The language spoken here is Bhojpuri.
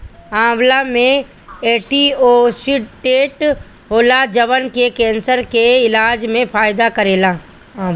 आंवला में एंटीओक्सिडेंट होला जवन की केंसर के इलाज में फायदा करेला